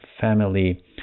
family